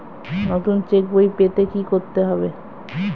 নতুন চেক বই পেতে কী করতে হবে?